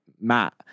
Matt